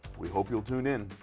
we hope you'll tune in.